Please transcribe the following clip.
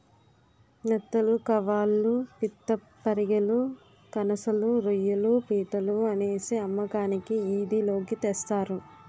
నెత్తళ్లు కవాళ్ళు పిత్తపరిగెలు కనసలు రోయ్యిలు పీతలు అనేసి అమ్మకానికి ఈది లోకి తెస్తారు